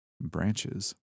Branches